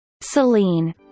Celine